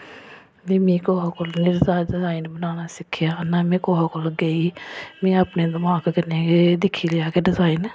ते में कुसा कोला नी डिजाइन बनाना सिक्खेआ ना में कुसा कोल गेई में अपने दमाक कन्नै गै दिक्खी लेआ कि डिजाइन